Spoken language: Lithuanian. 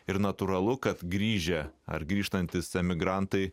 ir natūralu kad grįžę ar grįžtantys emigrantai